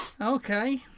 okay